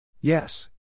Yes